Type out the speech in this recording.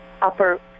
upper